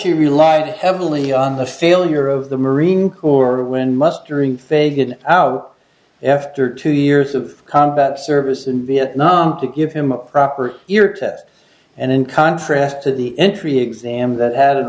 live heavily on the failure of the marine corps when mustering faded out after two years of combat service in vietnam to give him a proper year ted and in contrast to the entry exam that had a